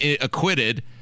acquitted